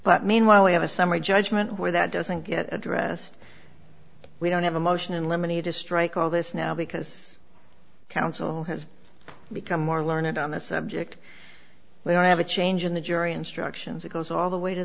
but meanwhile we have a summary judgment where that doesn't get addressed we don't have a motion in limine to strike all this now because counsel has become more learned on the subject they don't have a change in the jury instructions it goes all the way to